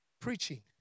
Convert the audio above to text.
preaching